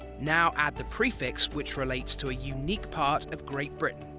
now add the prefix which relates to a unique part of great britain.